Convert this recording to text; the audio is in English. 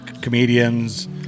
comedians